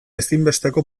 ezinbesteko